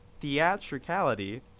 theatricality